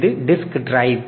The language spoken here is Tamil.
இது டிஸ்க் டிரைவ்